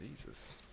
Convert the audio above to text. jesus